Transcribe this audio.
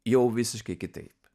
jau visiškai kitaip